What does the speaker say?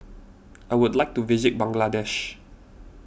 I would like to visit Bangladesh